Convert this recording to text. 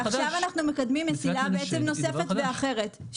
עכשיו אנחנו מקדמים מסילה נוספת ואחרת -- מסילת מנשה היא דבר חדש.